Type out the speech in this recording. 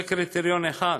זה קריטריון אחד.